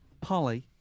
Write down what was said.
Polly